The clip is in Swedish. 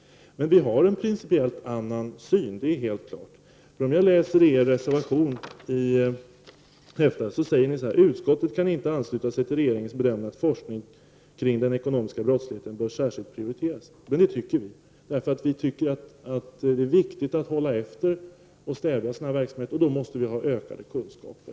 Det är emellertid helt klart att vi har en annan principiell syn. I den moderata reservationen står det bl.a.: ”Utskottet kan inte ansluta sig till regeringens bedömning att forskningen kring den ekonomiska brottsligheten bör särskilt prioriteras.” Men det tycker vi, därför att vi anser det vara viktigt att hålla efter och stävja ekonomisk brottslighet och att vi därför måste ha ökade kunskaper.